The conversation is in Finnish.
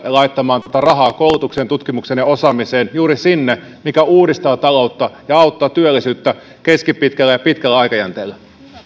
ja laittamaan tuota rahaa koulutukseen tutkimukseen ja osaamiseen juuri sinne mikä uudistaa taloutta ja auttaa työllisyyttä keskipitkällä ja pitkällä aikajänteellä